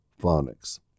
phonics